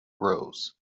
roles